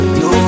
no